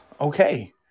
Okay